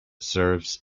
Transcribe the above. serves